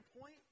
point